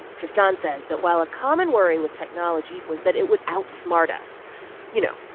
tristan says that while a common worry with technology was that it would outsmart us you know,